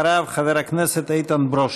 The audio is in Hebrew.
אחריו, חבר הכנסת איתן ברושי.